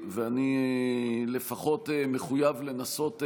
אני לפחות מחויב לנסות,